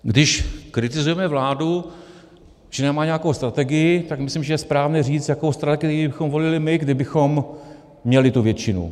Když kritizujeme vládu, že nemá nějakou strategii, tak myslím, že je správné říct, jakou strategii bychom volili my, kdybychom měli tu většinu.